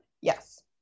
yes